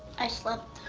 i slept?